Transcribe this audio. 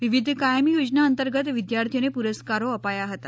વિવિધ કાયમી યોજના અંતંગત વિદ્યાર્થીઓને પુરસ્કારો અપાયા હતા